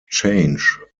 change